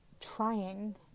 trying